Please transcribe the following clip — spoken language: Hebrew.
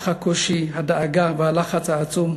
אך הקושי, הדאגה והלחץ העצום